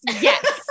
Yes